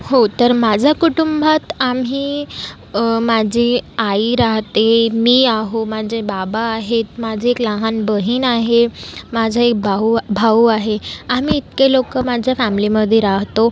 हो तर माझं कुटुंबात आम्ही माझी आई राहते मी आहो माझे बाबा आहेत माझे एक लहान बहीण आहे माझं एक बाहू भाऊ आहे आम्ही इतके लोकं माझ्या फॅमलीमध्ये राहतो